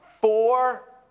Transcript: four